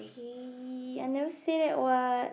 hey I never say that [what]